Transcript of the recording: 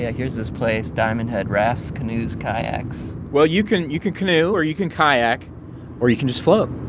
yeah here's this place, diamondhead rafts canoes, kayaks well, you can you can canoe or you can kayak or you can just float